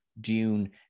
Dune